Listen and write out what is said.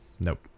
Nope